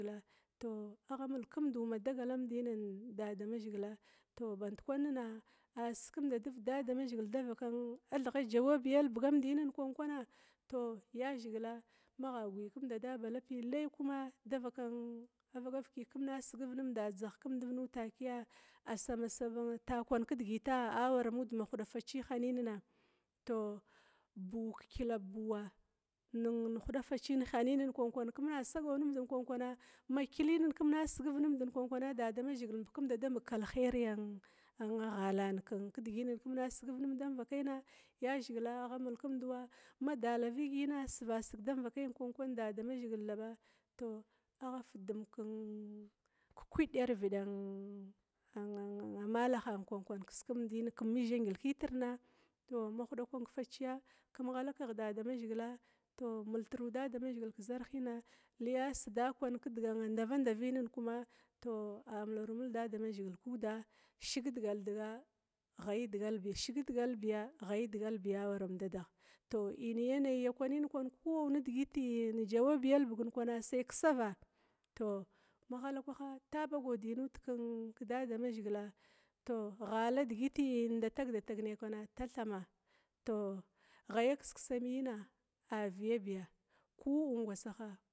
Tou agha mulkumdu ma dagalamda dadamazhigila, tou bandkwanna a sikumdadin damazhigila davakan athigha jawabiyan albigamdin kwankwana tou yazhigila magha gwikumda na ba lapi lai kuma davakan avaka vaki kima sigiv numda sa vanga takwan kidigita awamud ci hinanna tou buu kekyila bua meghuda faciyan hinann kem a sagiv nimdi kwan kwana kuma sigiv nimdi kwan kwana kuma sigiv numda kwan kwan damazhigila markumdada marg alheria keghala kwan kidigitun kema sigiv numd dam vakaina, yazhigila agha mulkumduwa ma dala vigina a sivasig damuakayina tou a fudum kekwith lav idan ann ann amalahana kum mizha gil kitra mahuda kwan kefaciya kum ghala kegh dama zhigila tou multru damazhigil kezarhina li asida kwan kelbag ndava-ndavina kuma tou a mularu mulg damazhgil, kuda shig idaldiga ghai-digalbi, ghai digabiya, shig digalbi am dadaha tou yanayi digit kwana ku bau jawabiya digit kisava. tou mahalakwaha ta ba godinud kedama zhgila tou ghala digit inda tagdatag na kwan tatham, tou ghaya kiskisamiyina a viyabiya ku ngwasaha.